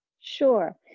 Sure